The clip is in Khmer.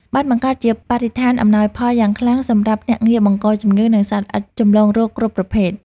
បានបង្កើតជាបរិស្ថានអំណោយផលយ៉ាងខ្លាំងសម្រាប់ភ្នាក់ងារបង្កជំងឺ និងសត្វល្អិតចម្លងរោគគ្រប់ប្រភេទ។